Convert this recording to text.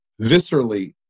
viscerally